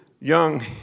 young